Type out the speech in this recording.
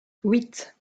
huit